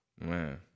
Man